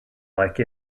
like